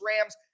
Rams